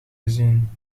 gezien